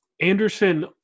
Anderson